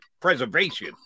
preservation